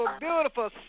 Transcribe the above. beautiful